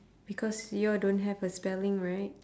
because your don't have a spelling right